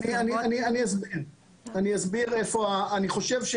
אני אסביר למה זה יכול להיות